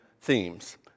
themes